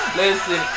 listen